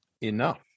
Enough